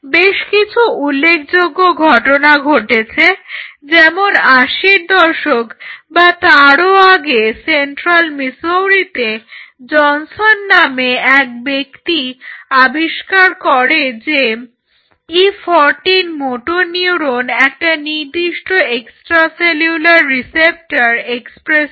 বেশ কিছু উল্লেখযোগ্য ঘটনা ঘটেছে যেমন আশির দশক বা তারও আগে সেন্ট্রাল মিসৌরিতে জনসন নামে এক ব্যক্তি আবিষ্কার করে যে E14 মোটর নিউরন একটা নির্দিষ্ট এক্সট্রা সেলুলার রিসেপ্টর এক্সপ্রেস করে